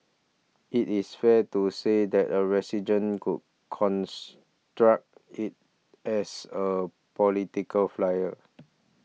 is it fair to say that a resident could construct it as a political flyer